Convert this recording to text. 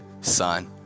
son